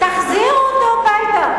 תחזירו אותו הביתה.